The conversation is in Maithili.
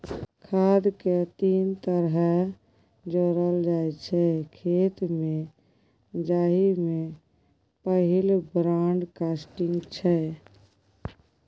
खाद केँ तीन तरहे जोरल जाइ छै खेत मे जाहि मे पहिल ब्राँडकास्टिंग छै